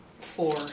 Four